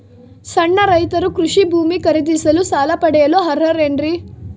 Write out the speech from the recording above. ಸಣ್ಣ ರೈತರು ಕೃಷಿ ಭೂಮಿ ಖರೇದಿಸಲು ಸಾಲ ಪಡೆಯಲು ಅರ್ಹರೇನ್ರಿ?